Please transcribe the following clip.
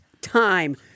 time